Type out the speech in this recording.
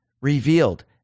revealed